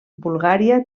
bulgària